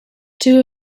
two